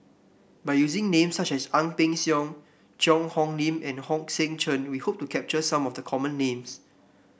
by using names such as Ang Peng Siong Cheang Hong Lim and Hong Sek Chern we hope to capture some of the common names